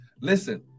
Listen